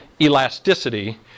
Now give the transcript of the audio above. elasticity